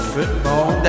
Football